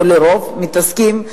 או לרוב מתעסקים,